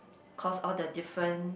cause all the different